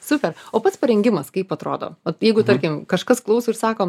super o pats parengimas kaip atrodo vat jeigu tarkim kažkas klauso ir sako